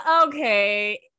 Okay